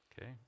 Okay